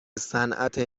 صنعت